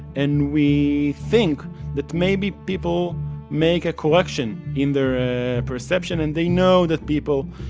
and we think that maybe people make a correction in their ah perception and they know that people